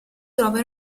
trova